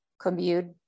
commute